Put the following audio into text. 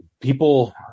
people